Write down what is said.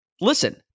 Listen